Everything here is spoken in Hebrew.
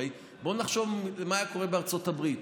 הרי בואו נחשוב מה היה קורה בארצות הברית: